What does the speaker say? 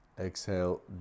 exhale